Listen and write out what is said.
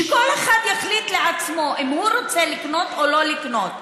שכל אחד יחליט לעצמו אם הוא רוצה לקנות או לא לקנות.